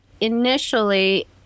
initially